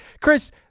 Chris